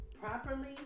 properly